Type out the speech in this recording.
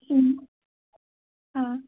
ಹ್ಞೂ ಹಾಂ